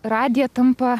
radija tampa